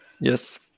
yes